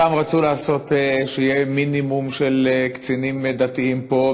פעם רצו לעשות שיהיה מינימום של קצינים דתיים פה,